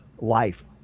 life